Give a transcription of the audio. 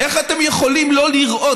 איך אתם יכולים לא לראות,